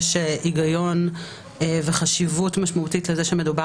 יש היגיון וחשיבות משמעותית לכך שמדובר